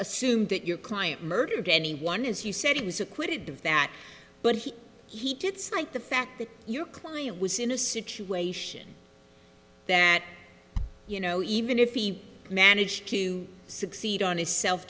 that your client murdered anyone as you said he was acquitted of that but he he did slike the fact that your client was in a situation that you know even if he managed to succeed on his self